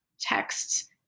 texts